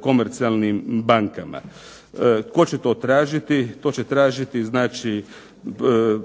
komercijalnim bankama. Tko će tražiti? To će tražiti